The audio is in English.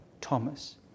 Thomas